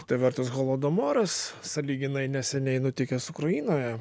kitą vertus holodomoras sąlyginai neseniai nutikęs ukrainoje